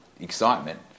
excitement